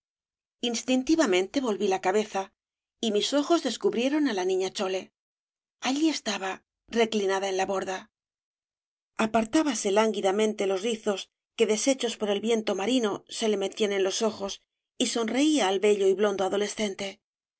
instintivamente volví la cabeza y mis ojos descubrieron á la niña chole allí estaba reclinada en la borda apartábase lánguidamente los rizos que deshechos por el viento marino se le metían en los ojos y sonreía al obras de valle inclan bello y blondo adolescente